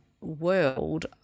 world